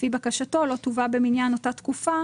לפי בקשתו לא תובא במניין אותה תקופה